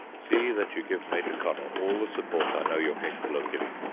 see that you give major connel all the support i know you're capable of giving.